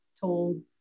told